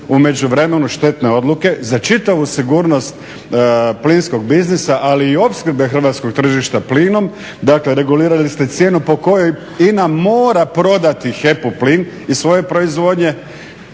međuvremenu štetne odluke za čitavu sigurnost plinskog biznisa ali i opskrbe hrvatskog tržišta plinom. Dakle, regulirali ste cijenu po kojoj INA mora prodati HEP-u plin iz svoje proizvodnje,